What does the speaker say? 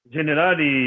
Generali